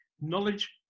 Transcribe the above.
knowledge